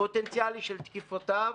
הפוטנציאלי של תקיפותיו,